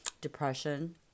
depression